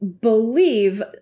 believe